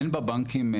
אין בבנקים,